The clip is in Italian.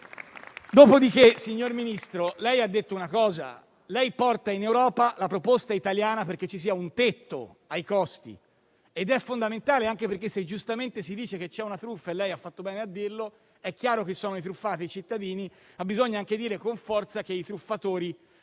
Dopodiché, signor Ministro, lei ha detto che porterà in Europa la proposta italiana perché ci sia un tetto ai costi ed è fondamentale, anche perché, se giustamente si dice che c'è una truffa - lei ha fatto bene a dirlo - è chiaro che i truffati sono i cittadini, ma bisogna anche dire con forza che i truffatori